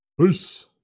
peace